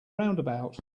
roundabout